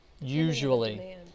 Usually